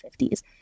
1950s